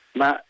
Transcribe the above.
ma